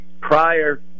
Prior